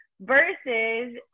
versus